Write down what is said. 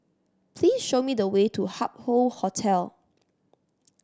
please show me the way to Hup Hoe Hotel